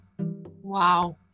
Wow